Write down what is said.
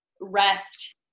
rest